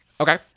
Okay